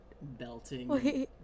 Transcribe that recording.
belting